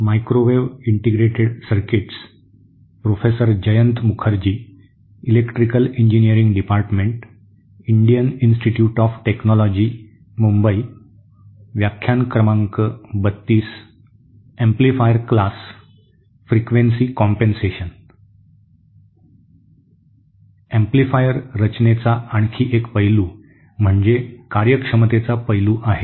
प्रवर्धक किंवा अँप्लिफायर रचनेचा आणखी एक पैलू म्हणजे कार्यक्षमतेचा पैलू आहे